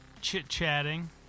chit-chatting